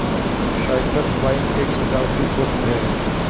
Cyprus vine एक सजावटी पुष्प है